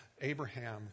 Abraham